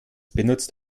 benutzt